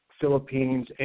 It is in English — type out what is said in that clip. Philippines